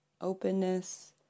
openness